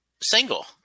single